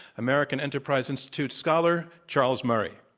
american enterprise institute scholar, charles murray.